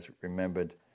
remembered